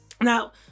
Now